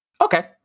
Okay